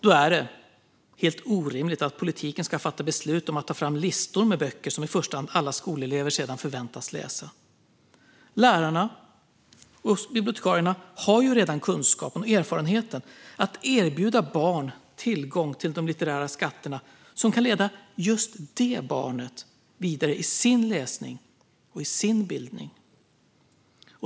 Då är det helt orimligt att politiken ska fatta beslut om att ta fram listor med böcker som i första hand alla skolelever sedan förväntas läsa. Lärarna och bibliotekarierna har ju redan kunskapen och erfarenheten att erbjuda barn tillgång till de litterära skatter som kan leda just det enskilda barnet vidare i sin läsning och bildning.